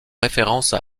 référence